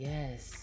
Yes